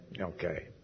Okay